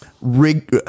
rig